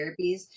therapies